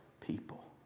people